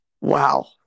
Wow